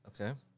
Okay